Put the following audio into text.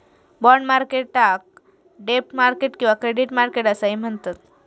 bond मार्केटाक डेब्ट market किंवा क्रेडिट मार्केट असाही म्हणतत